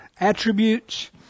attributes